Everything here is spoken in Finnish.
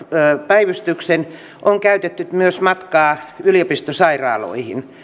päivystyksen on käytetty myös matkaa yliopistosairaaloihin